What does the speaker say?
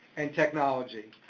and technology.